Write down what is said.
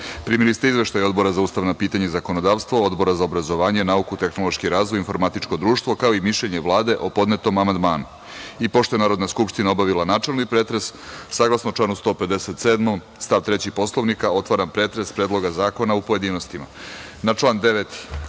društvo. Primili ste Izveštaj Odbora za ustavna pitanja i zakonodavstvo, Odbora za obrazovanje, nauku, tehnološki razvoj, informatičko društvo, kao i mišljenje Vlade o podnetom amandmanu. Pošto je Narodna skupština obavila načelni pretres, saglasno članu 157. stav 3. Poslovnika otvaram pretres Predloga zakona u pojedinostima. Na